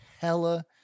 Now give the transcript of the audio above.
hella